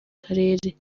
karere